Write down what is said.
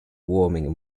warming